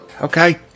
Okay